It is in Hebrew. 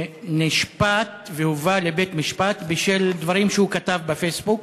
נשפט והובא לבית-משפט בשל דברים שהוא כתב בפייסבוק.